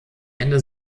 ende